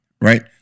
Right